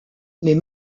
les